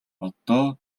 одоо